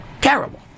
terrible